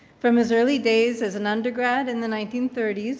from his early days as an undergrad in the nineteen thirty s,